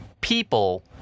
people